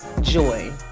joy